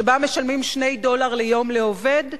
שבה משלמים 2 דולר ליום לעובד,